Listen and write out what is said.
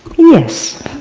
yes.